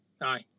Aye